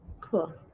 Cool